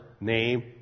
name